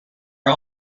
are